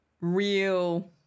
real